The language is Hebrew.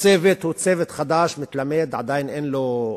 שהצוות הוא צוות חדש, מתלמד, עדיין אין לו ניסיון,